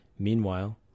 Meanwhile